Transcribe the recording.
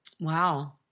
Wow